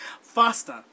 Faster